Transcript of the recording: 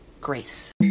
grace